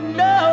no